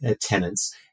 tenants